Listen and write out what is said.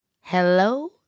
hello